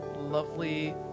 lovely